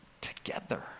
together